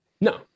No